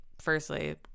firstly